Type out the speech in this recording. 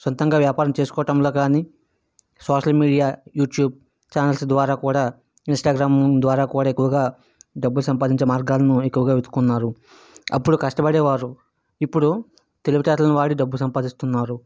సొంతంగా వ్యాపారం చేసుకోవటంలో కానీ సోషల్ మీడియా యూట్యూబ్ ఛానల్స్ ద్వారా కూడా ఇంస్టాగ్రామ్ ద్వారా కూడా ఎక్కువగా డబ్బు సంపాదించే మార్గాలను ఎక్కువగా వెతుకున్నారు అప్పుడు కష్టపడేవారు ఇప్పుడు తెలివితేటలను వాడి డబ్బు సంపాదిస్తున్నారు